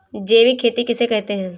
जैविक खेती किसे कहते हैं?